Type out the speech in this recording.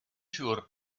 siŵr